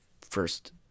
first